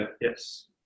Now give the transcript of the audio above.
yes